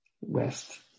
West